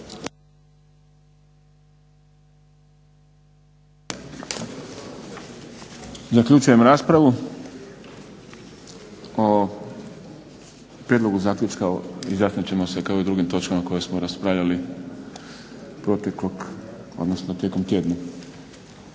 Zaključujem raspravu. O prijedlogu zaključka izjasnit ćemo se kao i o drugim točkama koje smo raspravljali tijekom tjedna.